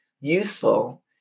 useful